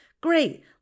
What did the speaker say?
Great